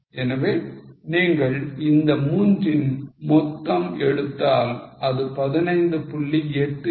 எனவே நீங்கள் இந்த மூன்றின் மொத்தம் எடுத்தால் அது 15